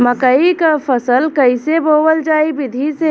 मकई क फसल कईसे बोवल जाई विधि से?